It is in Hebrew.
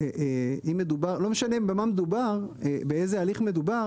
לא משנה באיזה הליך מדובר.